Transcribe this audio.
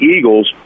Eagles